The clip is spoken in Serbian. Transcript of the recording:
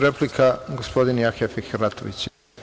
Replika, gospodin Jahja Fehratović.